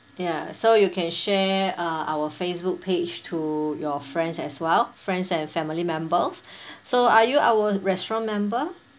ya so you can share uh our Facebook page to your friends as well friends and family members so are you our restaurant member